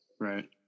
Right